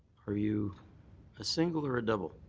are you a single or a double?